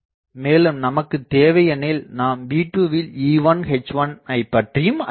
மேலும் நமக்குத் தேவையெனில் நாம் V2 வில் E1 H1 ஐ பற்றியும் ஆராயலாம்